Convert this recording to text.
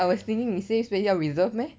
I was thinking 你 save space 要 reserve meh